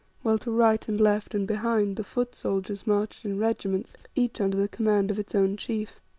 while to right and left and behind, the foot soldiers marched in regiments, each under the command of its own chief.